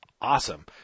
awesome